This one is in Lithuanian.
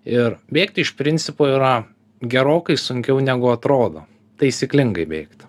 ir bėgti iš principo yra gerokai sunkiau negu atrodo taisyklingai bėgti